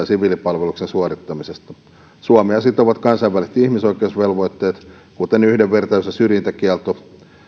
siviilipalveluksen suorittamisesta suomea sitovat kansainväliset ihmisoikeusvelvoitteet kuten yhdenvertaisuus ja syrjintäkielto